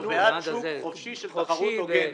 אנחנו בעד שוק חופשי של תחרות הוגנת.